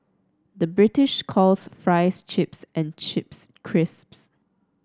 the British calls fries chips and chips crisps